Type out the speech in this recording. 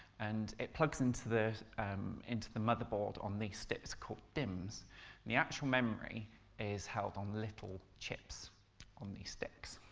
and it plugs into the um into the motherboard on these sticks called dimms and the actual memory is held on little chips on these sticks.